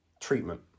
Treatment